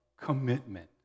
commitment